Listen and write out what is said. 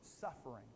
suffering